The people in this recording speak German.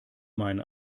mein